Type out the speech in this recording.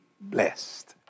blessed